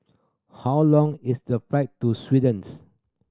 how long is the flight to Sweden's